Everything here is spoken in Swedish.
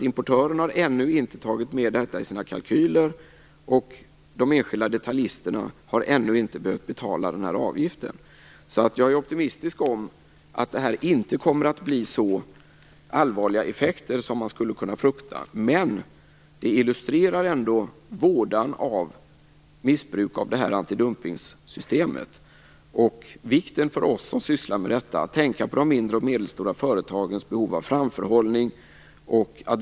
Importören har ännu inte tagit med det i sina kalkyler, och de enskilda detaljisterna har ännu inte behövt betala avgiften. Jag är alltså optimistisk om att det inte kommer att bli så allvarliga effekter av det här som man hade kunnat frukta. Men det illustrerar ändå vådan av missbruk av antidumpningssystemet och hur viktigt det är för oss som sysslar med detta att tänka på de mindre och medelstora företagens behov av framförhållning.